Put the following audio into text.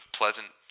pleasant